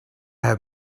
have